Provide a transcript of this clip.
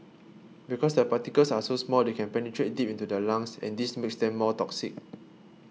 because the particles are so small they can penetrate deep into the lungs and this makes them more toxic